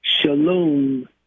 Shalom